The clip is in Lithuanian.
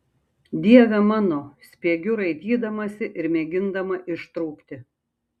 dieve mano spiegiu raitydamasi ir mėgindama ištrūkti